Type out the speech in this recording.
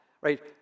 right